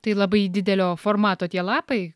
tai labai didelio formato tie lapai